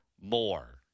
more